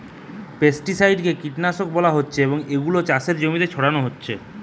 pesticide কে কীটনাশক বলা হতিছে এবং এগুলো চাষের জমিতে ছড়ানো হতিছে